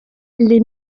les